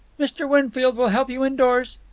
mr. winfield will help you indoors.